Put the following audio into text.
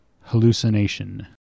Hallucination